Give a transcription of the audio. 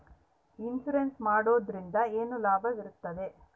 Insurance ಮಾಡೋದ್ರಿಂದ ಏನು ಲಾಭವಿರುತ್ತದೆ?